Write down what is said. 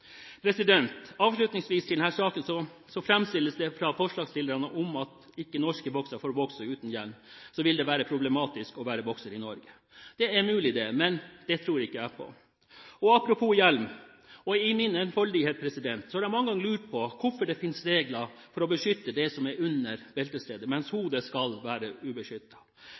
fremstilles det fra forslagsstillerne som at hvis ikke norske boksere får bokse uten hjelm, vil det være problematisk å være bokser i Norge. Det er mulig, men det tror ikke jeg på. Apropos hjelm: I min enfoldighet har jeg mange ganger lurt på hvorfor det finnes regler for å beskytte det som er under beltestedet, mens hodet skal være